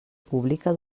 pública